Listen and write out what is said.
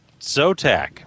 Zotac